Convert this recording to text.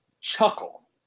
chuckle